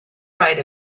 right